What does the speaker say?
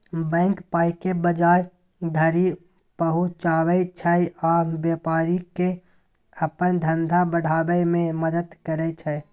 bank पाइकेँ बजार धरि पहुँचाबै छै आ बेपारीकेँ अपन धंधा बढ़ाबै मे मदद करय छै